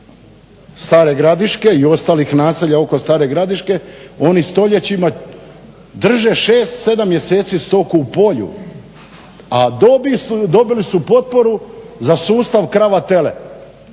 Stare Gradiške i ostalih naselja oko Stare Gradiške oni stoljećima drže 6, 7 mjeseci stoku u polju a dobili su potporu za sustav krava-tele.